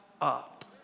up